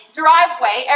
driveway